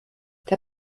der